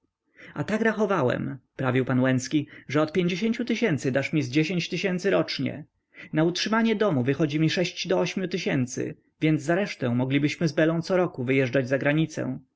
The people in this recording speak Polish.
a tak rachowałem prawił pan łęcki że od pięćdziesięciu tysięcy dasz mi z dziesięć tysięcy rocznie na utrzymanie domu wychodzi mi sześć do ośmiu tysięcy więc za resztę moglibyśmy z belą coroku wyjeżdżać za granicę